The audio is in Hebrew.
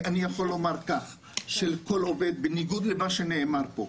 אני יכול לומר כך, לכל עובד, בניגוד למה שנאמר פה,